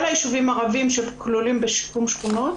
כל הישובים הערביים שכלולים בשיקום שכונות